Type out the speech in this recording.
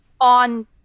on